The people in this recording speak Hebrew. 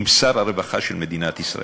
עם שר הרווחה של מדינת ישראל.